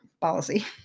policy